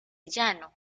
llano